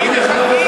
למשל?